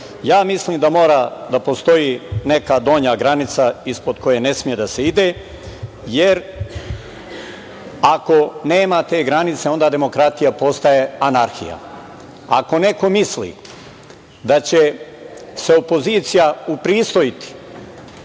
da mora da postoji neka donja granica ispod koje ne sme da se ide, jer ako nema te granice, onda demokratija postaje anarhija. Ako neko misli da će se opozicija upristojiti